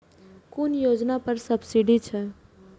कुन योजना पर सब्सिडी छै?